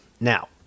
Now